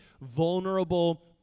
vulnerable